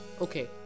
okay